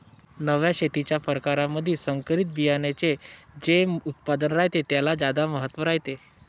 नव्या शेतीच्या परकारामंधी संकरित बियान्याचे जे उत्पादन रायते त्याले ज्यादा महत्त्व रायते